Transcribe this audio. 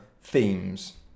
themes